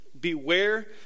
Beware